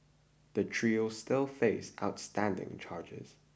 the trio still face outstanding charges